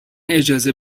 اجازه